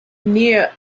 near